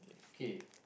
K